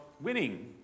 winning